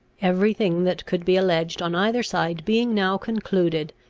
every thing that could be alleged on either side being now concluded,